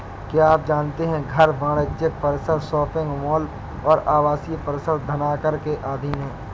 क्या आप जानते है घर, वाणिज्यिक परिसर, शॉपिंग मॉल और आवासीय परिसर धनकर के अधीन हैं?